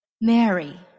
Mary